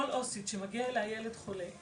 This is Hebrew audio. כל עו"סית שמגיע אליה ילד חולה,